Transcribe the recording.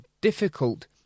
difficult